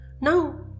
Now